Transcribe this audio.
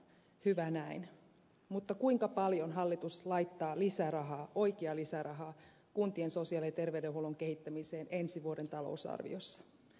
hyvä näin mutta kuinka paljon hallitus laittaa oikeaa lisärahaa kuntien sosiaali ja terveydenhuollon kehittämiseen ensi vuoden talousarviossa